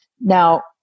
Now